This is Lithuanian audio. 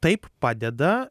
taip padeda